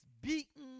beaten